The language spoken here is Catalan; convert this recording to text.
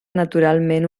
naturalment